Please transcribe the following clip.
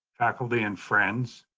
faculty, and friends,